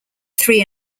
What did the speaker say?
three